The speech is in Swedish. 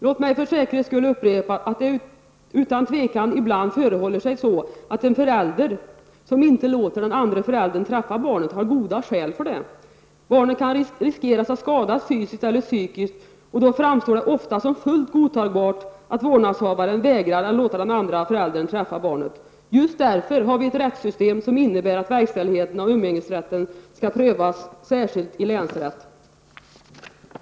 Låt mig för säkerhets skull upprepa att det utan tvivel ibland förhåller sig så att den förälder som inte låter barnet träffa den andre föräldern har goda skäl för sitt agerande. Barnen kan riskeras att skadas fysiskt eller psykiskt. Det framstår då ofta som fullt godtagbart att vårdnadshavaren vägrar att låta den andre föräldern träffa barnet. Det är av just den anledningen som vi har ett rättssystem som innebär att verkställigheten av umgängesrätten skall prövas särskilt i länsrätten.